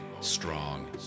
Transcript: strong